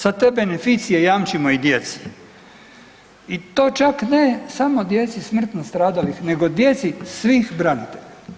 Sad u te, sad te beneficije jamčimo i djeci i to čak ne samo djeci smrtno stradalih, nego djeci svih branitelja.